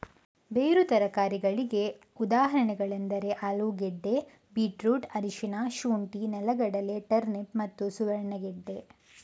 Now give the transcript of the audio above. ಬೇರು ತರಕಾರಿಗಳಿಗೆ ಉದಾಹರಣೆಗಳೆಂದರೆ ಆಲೂಗೆಡ್ಡೆ, ಬೀಟ್ರೂಟ್, ಅರಿಶಿನ, ಶುಂಠಿ, ನೆಲಗಡಲೆ, ಟರ್ನಿಪ್ ಮತ್ತು ಸುವರ್ಣಗೆಡ್ಡೆ